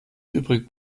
übrig